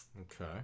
Okay